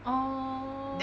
oo